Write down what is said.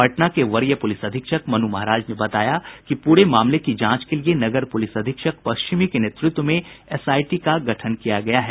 पटना के वरीय पुलिस अधीक्षक मनु महाराज ने बताया कि पूरे मामले की जांच के लिए नगर पुलिस अधीक्षक पश्चिमी के नेतृत्व में एसआईटी का गठन किया गया है